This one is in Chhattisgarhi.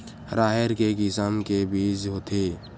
राहेर के किसम के बीज होथे?